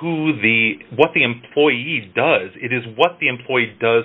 who the what the employees does it is what the employee does